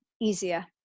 easier